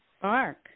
spark